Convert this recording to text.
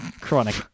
chronic